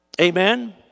Amen